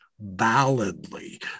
validly